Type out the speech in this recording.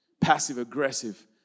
passive-aggressive